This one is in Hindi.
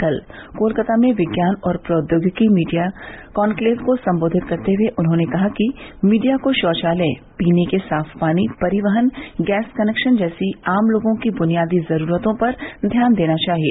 कल कोलकाता में विज्ञान और प्रौद्योगिकी मीडिया कॉन्क्लेव को संबोधित करते हुए उन्होंने कहा कि मीडिया को शौचालय पीने के साफ पानी परिवहन गैस कनेक्शन जैसी आम लोगों की बुनियादी जरूरतों पर ध्यान देना चाहिए